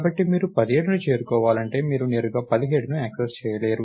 కాబట్టి మీరు 17ని చేరుకోవాలనుకుంటే మీరు నేరుగా 17ని యాక్సెస్ చేయలేరు